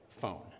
phone